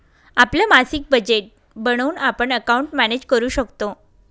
आपलं मासिक बजेट बनवून आपण अकाउंट मॅनेज करू शकतो